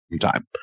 time